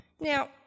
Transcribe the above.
Now